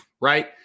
right